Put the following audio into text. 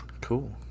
Cool